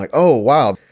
like oh, wow,